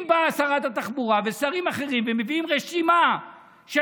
אם באה שרת התחבורה ושרים אחרים ומביאים רשימה של